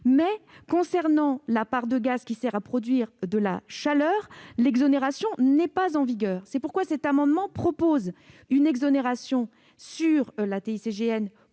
concernant la part de gaz qui sert à produire de la chaleur, l'exonération n'est pas en vigueur. C'est pourquoi cet amendement tend à proposer une exonération sur la TICGN